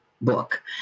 book